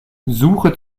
suche